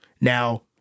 Now